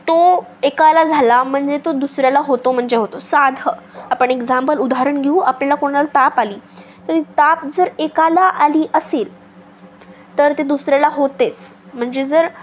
तो एकाला झाला म्हणजे तो दुसऱ्याला होतो म्हणजे होतो साधं आपण एक्झाम्पल उदाहरण घेऊ आपल्याला कोणाला ताप आली तर ताप जर एकाला आली असेल तर ते दुसऱ्याला होतेच म्हणजे जर